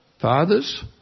fathers